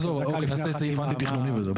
אז עזוב, אוקיי, נעשה סעיף אנטי תכנוני וזהו.